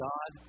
God